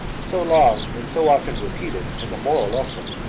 so long and so often repeated as a moral lesson,